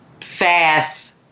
fast